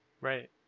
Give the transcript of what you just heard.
Right